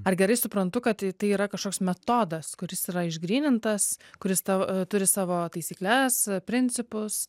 ar gerai suprantu kad tai tai yra kažkoks metodas kuris yra išgrynintas kuris tau turi savo taisykles principus